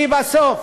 כי בסוף,